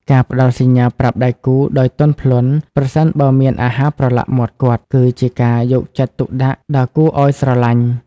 ការផ្ដល់សញ្ញាប្រាប់ដៃគូដោយទន់ភ្លន់ ប្រសិនបើមានអាហារប្រឡាក់មាត់គាត់ គឺជាការយកចិត្តទុកដាក់ដ៏គួរឱ្យស្រឡាញ់។